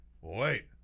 Wait